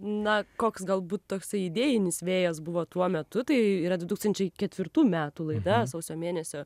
na koks galbūt toksai idėjinis vėjas buvo tuo metu tai yra du tūkstančiai ketvirtų metų laida sausio mėnesio